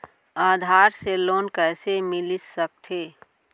आधार से लोन कइसे मिलिस सकथे?